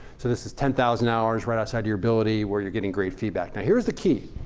so this is ten thousand hours right outside your ability where you're getting great feedback. now here's the key.